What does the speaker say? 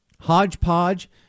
Hodgepodge